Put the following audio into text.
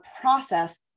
process